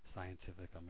Scientific